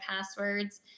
passwords